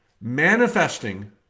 Manifesting